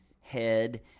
head